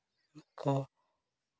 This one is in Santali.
ᱠᱚ